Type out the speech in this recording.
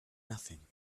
nothing